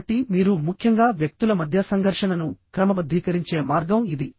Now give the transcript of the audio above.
కాబట్టి మీరు ముఖ్యంగా వ్యక్తుల మధ్య సంఘర్షణను క్రమబద్ధీకరించే మార్గం ఇది